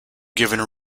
given